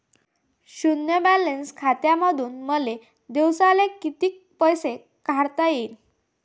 शुन्य बॅलन्स खात्यामंधून मले दिवसाले कितीक पैसे काढता येईन?